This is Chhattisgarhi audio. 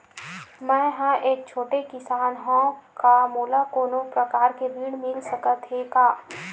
मै ह एक छोटे किसान हंव का मोला कोनो प्रकार के ऋण मिल सकत हे का?